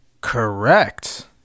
Correct